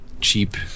cheap